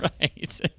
Right